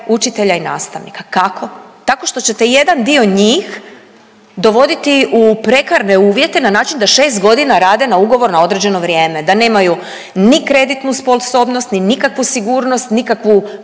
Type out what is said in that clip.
učitelja i nastavnika. Kako? Tako što ćete jedan dio njih dovoditi u prekarne uvjete na način da 6 godina rade na ugovor na određeno vrijeme, da nemaju ni kreditnu sposobnost ni nikakvu sigurnost, nikakvu